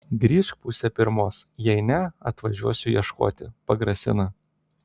grįžk pusę pirmos jei ne atvažiuosiu ieškoti pagrasina